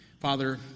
Father